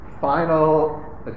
final